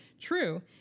True